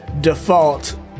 default